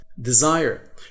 desire